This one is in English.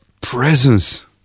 presence